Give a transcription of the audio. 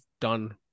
done